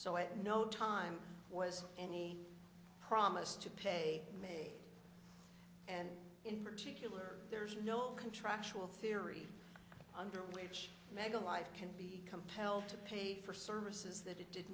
at no time was any promise to pay and in particular there is no contractual theory under which mega live can be compelled to pay for services that it did